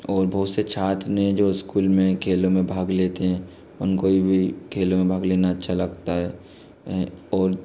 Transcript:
और बहुत से छात्र ने जो स्कूल में खेलों में भाग लेते हैं उनको भी खेलों में भाग लेना अच्छा लगता है और